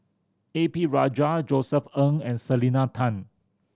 A P Rajah Josef Ng and Selena Tan